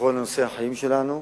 בכל נושאי החיים שלנו.